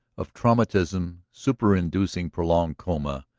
of traumatism superinducing prolonged coma,